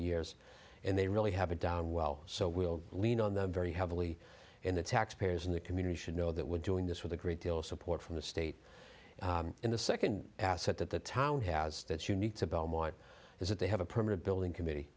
years and they really have it down well so we'll lean on them very heavily and the taxpayers in the community should know that we're doing this with a great deal of support from the state in the second asset that the town has that you need to belmont is that they have a permanent building committee